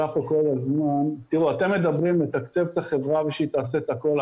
אתם מדברים לנתקצב את החברה ושהיא תעשה את הכול.